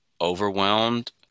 overwhelmed